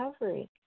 recovery